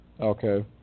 Okay